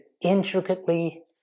intricately